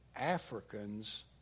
Africans